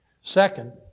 Second